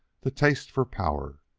the taste for power.